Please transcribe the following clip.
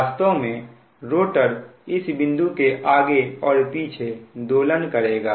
वास्तव में रोटर इस बिंदु के आगे और पीछे दोलन करेगा